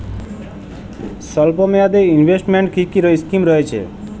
স্বল্পমেয়াদে এ ইনভেস্টমেন্ট কি কী স্কীম রয়েছে?